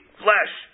flesh